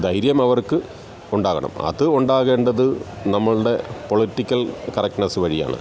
ധൈര്യം അവർക്കുണ്ടാകണം അത് ഉണ്ടാകേണ്ടത് നമ്മളുടെ പൊളിറ്റിക്കൽ കറക്ടനസ് വഴിയാണ്